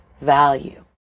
value